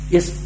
Yes